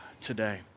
today